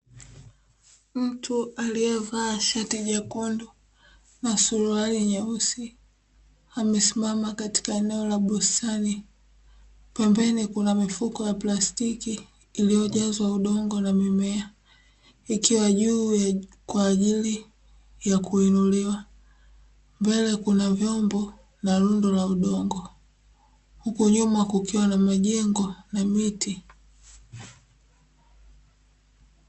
Mtu aliyevaa shati jekundu na suruali nyeusi, amesimama katika eneo la bustani. Pembeni kuna mifuko ya plastiki iliyojazwa udongo na mimea ikiwa juu kwa ajili ya kuinuliwa. Mbele kuna vyombo na rundo la udongo. Huko nyuma kukiwa na majengo na miti.